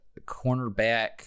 cornerback